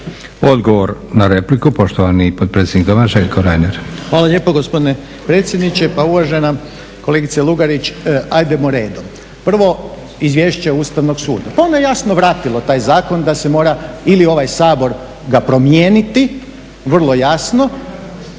Odgovor na repliku, poštovani potpredsjednik Doma Željko Reiner.